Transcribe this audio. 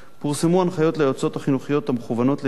פורסמו הנחיות ליועצות החינוכיות המכוונות לניהול